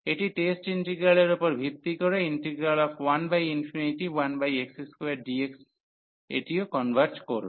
এটি টেস্ট ইন্টিগ্রালের উপর ভিত্তি করে 11x2dx এটিও কনভার্জ করবে